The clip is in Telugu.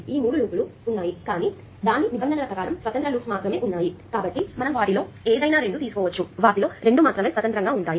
ఇక్కడ మూడు లూప్ లు ఉన్నాయి కానీ దాని నిబంధనల ప్రకారం స్వతంత్ర లూప్స్ మాత్రమే ఉన్నాయి కాబట్టి మనం వాటిలో ఏదైనా రెండు తీసుకోవచ్చు వాటిలో రెండు మాత్రమే స్వతంత్రంగా ఉంటాయి